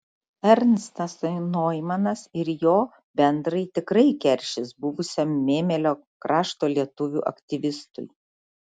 ernstas noimanas ir jo bendrai tikrai keršys buvusiam mėmelio krašto lietuvių aktyvistui